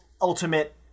ultimate